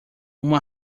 uma